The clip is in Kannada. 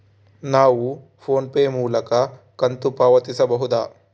ನಾವು ಫೋನ್ ಪೇ ಮೂಲಕ ಕಂತು ಪಾವತಿಸಬಹುದಾ?